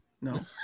No